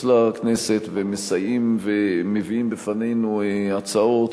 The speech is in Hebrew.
לכנסת ומסייעים ומביאים בפנינו הצעות,